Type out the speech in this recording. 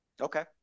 Okay